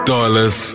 Dollars